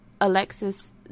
Alexis